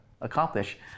accomplish